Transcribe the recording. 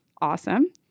Awesome